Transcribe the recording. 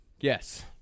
Yes